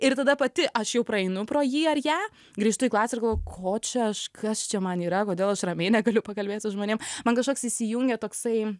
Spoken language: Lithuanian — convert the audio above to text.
ir tada pati aš jau praeinu pro jį ar ją grįžtu į klasę ir galvoju ko čia aš kas čia man yra kodėl aš ramiai negaliu pakalbėt su žmonėm man kažkoks įsijungia toksai